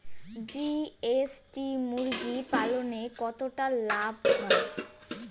GST মুরগি পালনে কতটা লাভ হয়?